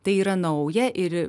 tai yra nauja ir